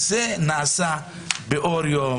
זה נעשה באור יום